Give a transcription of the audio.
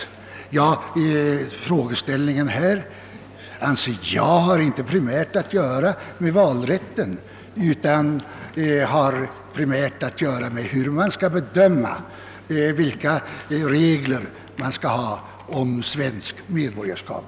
Där anser jag dock att frågeställningen inte primärt har något att göra med valrätten utan med hur man skall bedöma vilka regler vi skall ha för svenskt medborgarskap.